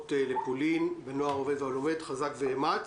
חזק ואמץ.